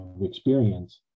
experience